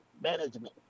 management